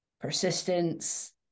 persistence